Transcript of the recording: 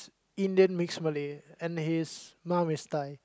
Indian mix Malay and his mom is Thai